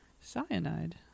cyanide